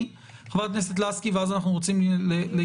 חברת הכנסת לסקי ואז אנחנו רוצים להתקדם,